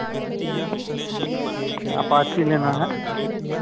Apache लेना है